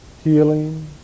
healing